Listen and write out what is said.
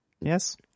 Yes